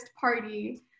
party